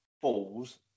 falls